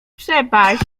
przepaść